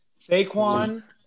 Saquon